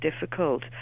difficult